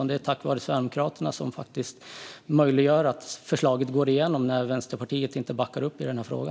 Det är ju Sverigedemokraterna som möjliggör att förslaget går igenom när Vänsterpartiet inte backar upp i denna fråga.